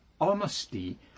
Honesty